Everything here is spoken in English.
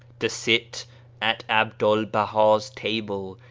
to sit at abdul baha's table,